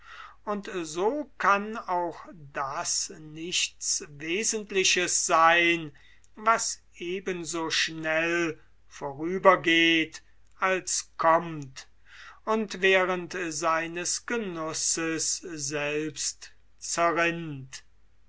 und so kann auch das nichts wesentliches sein was ebenso schnell vorübergeht als kommt und während seines genusses selbst zerrinnt